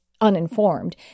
uninformed